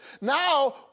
Now